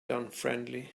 unfriendly